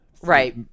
Right